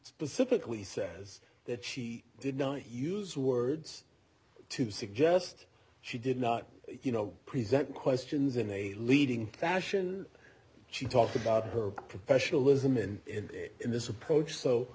specifically says that she did not use words to suggest she did not you know present questions in a leading question she talked about her professionalism and in this approach